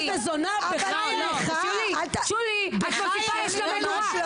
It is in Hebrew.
מועדוני חשפנות וגם לעניין ריקודי חיק גם ברמה המוניציפאלית.